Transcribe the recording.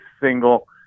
single